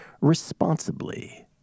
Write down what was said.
responsibly